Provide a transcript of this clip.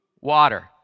water